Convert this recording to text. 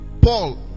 Paul